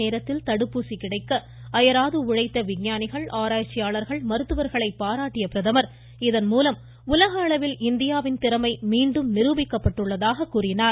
நேரத்தில் தடுப்பூசி கிடைக்க அயராது உழைத்த விஞ்ஞானிகள் சரியான ஆராய்ச்சியாளர்கள் மருத்துவர்களை பாராட்டிய பிரதமர் இதன்மூலம் உலக அளவில் இந்தியாவின் திறமை மீண்டும் நிரூபிக்கப்பட்டுள்ளதாக கூறினார்